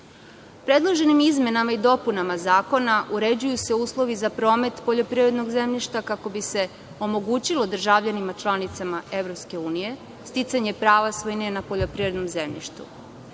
sredine. Predloženim izmenama i dopunama Zakona uređuju se uslovi za promet poljoprivrednog zemljišta, kako bi se omogućilo državljanima članicama EU sticanje prava svojine na poljoprivrednom zemljištu.